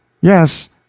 Yes